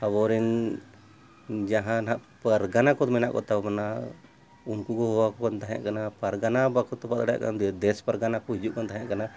ᱟᱵᱚᱨᱮᱱ ᱡᱟᱦᱟᱱᱟᱜ ᱯᱟᱨᱜᱟᱱᱟ ᱠᱚ ᱢᱮᱱᱟᱜ ᱠᱚᱛᱟᱵᱚᱱᱟ ᱩᱱᱠᱩ ᱠᱚ ᱦᱚᱦᱚᱣᱟᱠᱚ ᱠᱟᱱᱛᱟᱦᱮᱸ ᱠᱟᱱᱟ ᱯᱟᱨᱜᱟᱱᱟ ᱵᱟᱠᱚ ᱛᱚᱯᱟᱜ ᱫᱟᱲᱮᱭᱟᱜ ᱠᱷᱟᱱ ᱫᱮᱥ ᱯᱟᱨᱜᱟᱱᱟ ᱠᱚ ᱦᱤᱡᱩᱜ ᱠᱟᱱ ᱛᱟᱦᱮᱸ ᱠᱟᱱᱟ